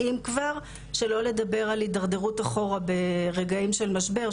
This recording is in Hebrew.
אם כבר שלא לדבר על הידרדרות אחורה ברגעים של משבר,